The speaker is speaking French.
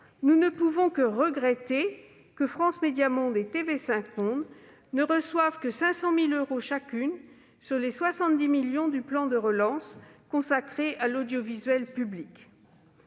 nous ne pouvons que regretter que France Médias Monde et TV5 Monde ne reçoivent que 500 000 euros chacune sur les 70 millions d'euros du plan de relance consacré à l'audiovisuel public.